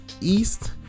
East